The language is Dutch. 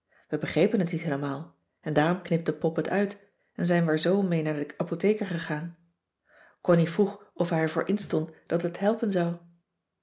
we begrepen het niet heelemaal en daarom knipte pop het uit en zijn wij er zoo mee naar den apotheker gegaan connie cissy van marxveldt de h b s tijd van joop ter heul vroeg of hij er voor instond dat het helpen zou